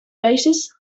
basis